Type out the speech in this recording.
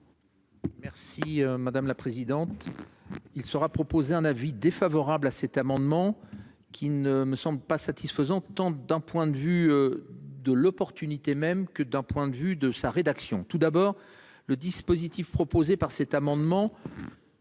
Merci madame la présidente. Il sera proposé un avis défavorable à cet amendement qui ne me semble pas satisfaisante tant d'un point de vue. De l'opportunité même que d'un point de vue de sa rédaction. Tout d'abord le dispositif proposé par cet amendement.